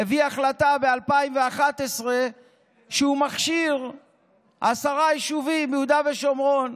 הביא החלטה ב-2011 שהוא מכשיר עשרה יישובים ביהודה ושומרון,